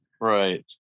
Right